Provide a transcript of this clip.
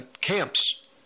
camps